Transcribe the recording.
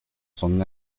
son